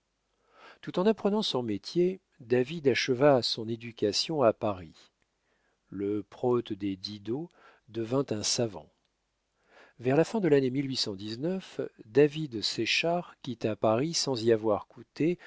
tout en apprenant son métier david acheva son éducation à paris le prote des didot devint un savant vers la fin de lannée david séchard quitta paris sans y avoir coûté